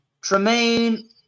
Tremaine